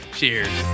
Cheers